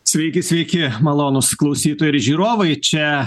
sveiki sveiki malonūs klausytojai ir žiūrovai čia